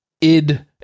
ID